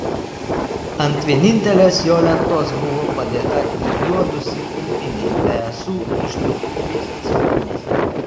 ant vienintelės jo lentos buvo padėta įjuodusi pintinė be ąsų ištrupėjusiais šonais